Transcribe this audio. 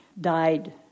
died